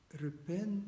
repent